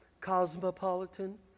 cosmopolitan